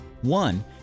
One